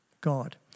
God